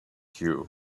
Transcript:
cue